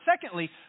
secondly